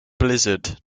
blizzard